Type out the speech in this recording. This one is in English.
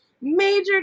major